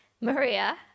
Maria